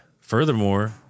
furthermore